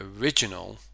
original